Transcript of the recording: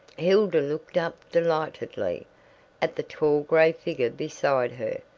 hilda looked up delightedly at the tall gray figure beside her.